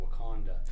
Wakanda